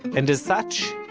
and as such,